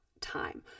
time